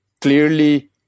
clearly